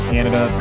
Canada